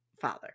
father